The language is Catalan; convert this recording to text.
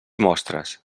mostres